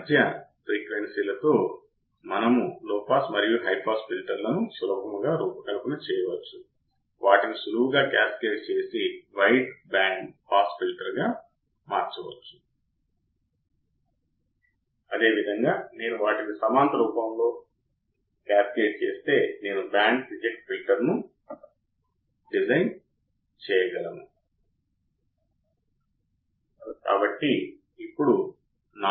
కాబట్టి అవకలన యాంప్లిఫైయర్ యొక్క ఉద్గారిణి జంట ట్రాన్సిస్టర్ల మూల కర్రెంట్లు 18 మైక్రోయాంపియర్ మరియు 22 మైక్రోయాంపియర్ అయితే అంటే ఇదిIb1 18 మైక్రోయాంపియర్ కు సమానం ఇవ్వబడుతుంది Ib2 22 మైక్రోయాంపియర్ కు సమానం అని ఇవ్వబడింది మరియు మనం అడిగినది మొదటి ఇన్పుట్ బయాస్ కరెంట్ నిర్ణయించబడుతుంది